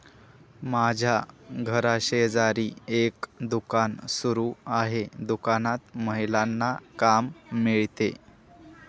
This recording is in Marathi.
माझ्या घराशेजारी एक दुकान सुरू आहे दुकानात महिलांना काम मिळते